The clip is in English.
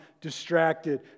distracted